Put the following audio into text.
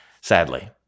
Sadly